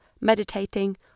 meditating